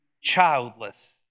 childless